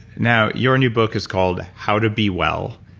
now, your new book is called, how to be well,